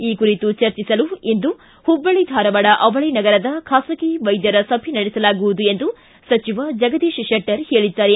ಈ ಕುರಿತು ಚರ್ಚಿಸಲು ಇಂದು ಹುಬ್ಬಳ್ಳಿ ಧಾರವಾಡ ಅವಳಿ ನಗರದ ಖಾಸಗಿ ವೈದ್ದರ ಸಭೆ ನಡೆಸಲಾಗುವುದು ಎಂದು ಸಚಿವ ಜಗದೀಶ ಶೆಟ್ಟರ್ ಹೇಳಿದ್ದಾರೆ